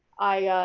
i